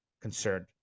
concerned